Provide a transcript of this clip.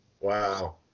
Wow